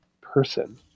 person